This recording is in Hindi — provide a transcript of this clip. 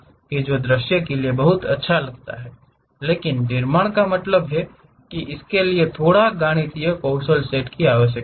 की जो दृश्य के लिए बहुत अच्छा लगता है लेकिन निर्माण का मतलब है कि इसके लिए थोड़ा गणितीय कौशल सेट की आवश्यकता है